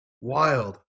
Wild